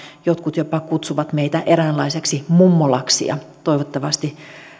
jotkut jopa kutsuvat meitä eräänlaiseksi mummolaksi ja toivottavasti